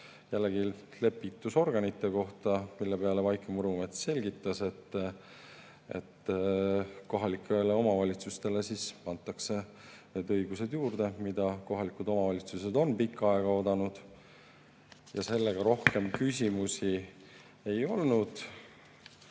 jällegi lepitusorganite kohta, mille peale Vaike Murumets selgitas, et kohalikele omavalitsustele antakse neid õiguseid juurde, mida kohalikud omavalitsused on pikka aega oodanud. Rohkem küsimusi ei olnud.